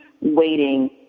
waiting